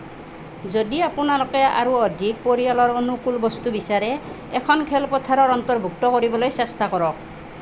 যদি আপোনালোকে আৰু অধিক পৰিয়ালৰ অনুকূল বস্তু বিচাৰে এখন খেলপথাৰ অন্তৰ্ভুক্ত কৰিবলৈ চেষ্টা কৰক